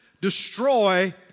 destroy